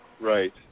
Right